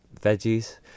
veggies